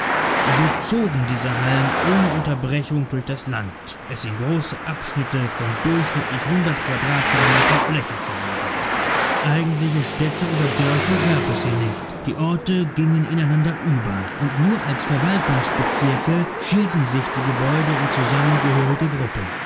so zogen diese hallen ohne unterbrechung durch das land es in große abschnitte von durchschnittlich hundert quadratkilometer fläche zerlegend eigentliche städte oder dörfer gab es hier nicht die orte gingen ineinander über und nur als verwaltungsbezirke schieden sich die gebäude in zusammengehörige gruppen